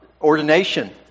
ordination